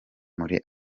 muri